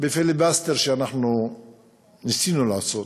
בפיליבסטר שאנחנו ניסינו לעשות.